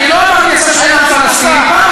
אני לא אמרתי עכשיו שאין עם פלסטיני,